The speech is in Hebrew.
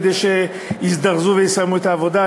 כדי שיזדרזו ויסיימו את העבודה.